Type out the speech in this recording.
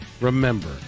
remember